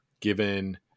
given